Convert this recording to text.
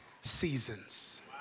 seasons